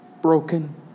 broken